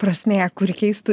prasmė kuri keistų